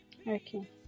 okay